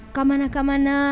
Kamana-kamana